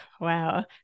Wow